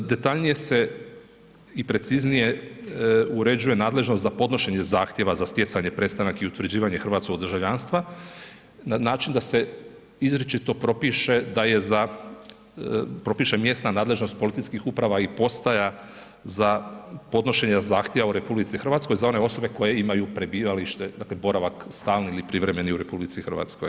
Detaljnije se i preciznije uređuje nadležnost za podnošenje zahtjeva za stjecanje, prestanak i utvrđivanje hrvatskog državljanstva na način da se izričito propiše da je za, propiše mjesna nadležnost policijskih uprava i postaja za podnošenje zahtjeva u RH za one osobe koje imaju prebivalište, dakle boravak stalni ili privremeni u RH.